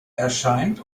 erscheint